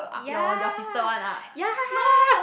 ya ya